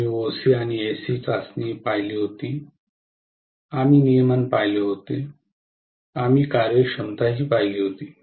आम्ही ओसी आणि एससी चाचणी पाहिली होती आम्ही नियमन पाहिले होते आम्ही कार्यक्षमता पाहिली होती